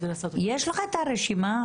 יש לך את הרשימה?